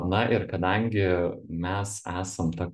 na ir kadangi mes esam ta